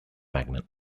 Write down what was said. magnet